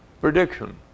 prediction